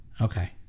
Okay